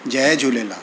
Jay Jhulelal